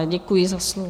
Děkuji za slovo.